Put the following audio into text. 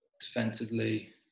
Defensively